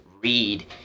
read